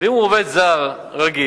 ואם הוא עובד זר רגיל,